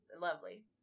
lovely